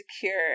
secure